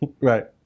Right